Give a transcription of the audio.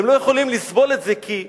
הם לא יכולים לסבול את זה, כי ירושלים,